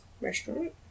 restaurant